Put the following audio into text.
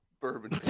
Bourbon